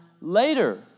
later